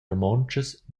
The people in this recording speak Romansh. romontschas